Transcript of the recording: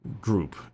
group